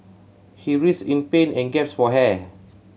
he writhed in pain and gasped for air